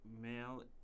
male